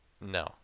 No